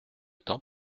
temps